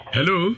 Hello